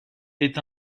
est